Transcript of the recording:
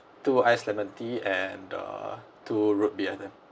two ice lemon tea and uh two root beers then